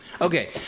Okay